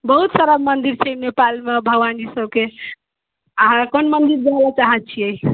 बहुत सारा मन्दिर छै नेपालमे भगवानजी सभके अहाँके कोन मन्दिर जाय लेल चाहैत छियै